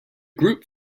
group